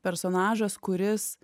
personažas kuris